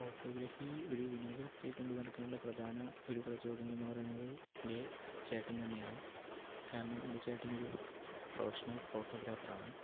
photography ഒരു വിനോദമായികൊണ്ട് നടക്കാനുള്ള പ്രധാന ഒരു പ്രചോദനം എന്നു പറയുന്നത് എൻ്റെ ചേട്ടൻ തന്നെയാണ് കാരണം എൻ്റെ ചേട്ടനൊരു പ്രൊഫഷണൽ ഫോട്ടോഗ്രാഫറാണ്